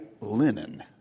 linen